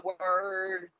word